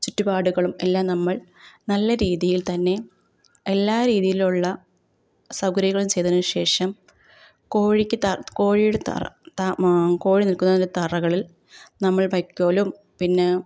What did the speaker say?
ചുറ്റുപാടുകളും എല്ലാം നമ്മൾ നല്ല രീതിയിൽ തന്നെ എല്ലാ രീതിയിലുമുള്ള സൗകര്യങ്ങളും ചെയ്തതിനു ശേഷം കോഴിക്ക് താ കോഴിയുടെ താറ താ മാ കോഴി നിൽക്കുന്നതിൻ്റെ തറകളിൽ നമ്മൾ വൈക്കോലും പിന്നെ